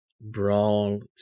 brawl